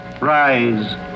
Rise